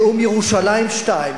נאום ירושלים 2,